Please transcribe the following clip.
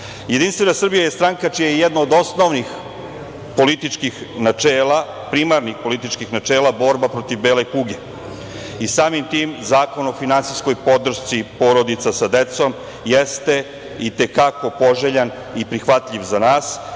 Balkana. Jedinstvena Srbija je stranka čije je jedno od osnovnih političkih načela, primarnih političkih načela, borba protiv bele kuge. Samim tim, Zakon o finansijskoj podršci porodica sa decom jeste i te kako poželjan i prihvatljiv za nas,